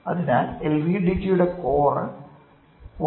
അതിനാൽ എൽവിഡിടിയുടെ കോർ 0